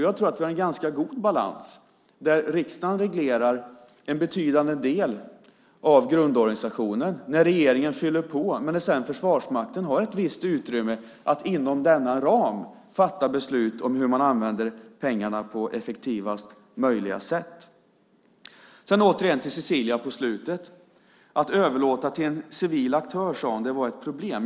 Jag tror att vi har en ganska god balans där riksdagen reglerar en betydande del av grundorganisationen och där regeringen fyller på men där sedan Försvarsmakten har ett visst utrymme att inom denna ram fatta beslut om hur man använder pengarna på effektivast möjliga sätt. Jag vänder mig återigen till Cecilia på slutet. Att överlåta till en civil aktör sade hon var ett problem.